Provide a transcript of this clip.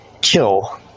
kill